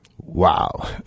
Wow